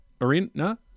arena